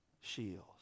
shields